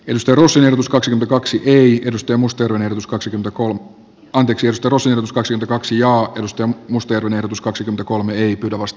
jos peruselvytys kaksi kaksi ei edusta muster ajatus kaksikymmentäkolme pankiksi josta tosin uskoisin kaksi jaa a tuskin muste on erotus kaksi kolme ii tavast